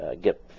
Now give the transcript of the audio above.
get